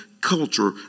culture